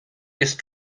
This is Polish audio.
jest